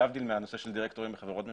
להבדיל מהנושא של דירקטורים בחברות ממשלתיות,